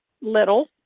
Little